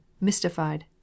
mystified